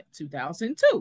2002